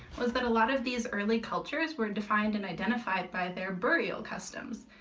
was that a lot of these early cultures were and defined, and identified by their burial customs.